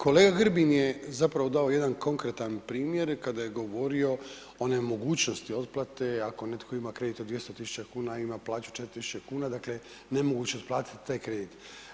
Kolega Grbin je zapravo dao jedan konkretan primjer, kada je govorio o nemogućnosti otplate, ako netko ima kredit od 200 tisuća kuna, a ima plaću 4 tisuće kuna, dakle, nemoguće je otplatiti taj kredit.